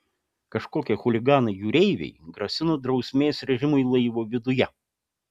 kažkokie chuliganai jūreiviai grasino drausmės režimui laivo viduje